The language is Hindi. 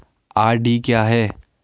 आर.डी क्या है?